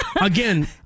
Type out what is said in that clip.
Again